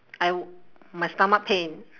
I my stomach pain